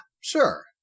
sure